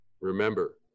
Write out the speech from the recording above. remember